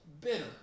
bitter